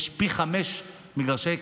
יש פי חמישה מגרשי כדורגל.